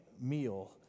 meal